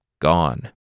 gone